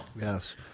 Yes